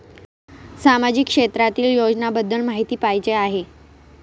सामाजिक क्षेत्रातील योजनाबद्दल माहिती पाहिजे आहे?